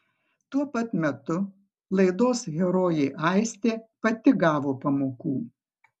tuo pat metu laidos herojė aistė pati gavo pamokų